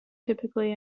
typically